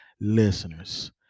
listeners